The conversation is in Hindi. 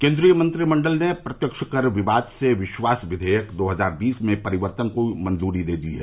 केन्द्रीय मंत्रिमंडल ने प्रत्यक्ष कर विवाद से विश्वास विधेयक दो हजार बीस में परिवर्तन की मंजूरी दे दी है